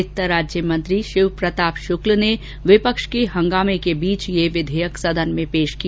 वित्त राज्य मंत्री शिव प्रताप शुक्ल ने विपक्ष के हंगामे के बीच यह विधेयक सदन में पेश किया